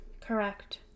Correct